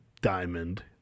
diamond